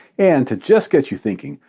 and, to just get you thinking,